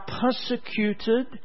persecuted